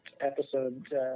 episode